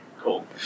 cool